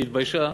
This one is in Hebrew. היא התביישה,